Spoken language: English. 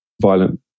violent